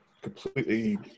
Completely